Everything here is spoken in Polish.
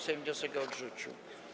Sejm wniosek odrzucił.